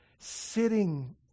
sitting